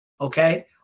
okay